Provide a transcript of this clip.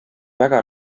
väga